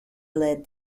led